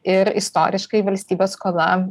ir istoriškai valstybės skola